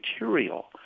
material